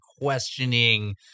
questioning